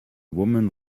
woman